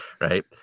Right